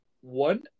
one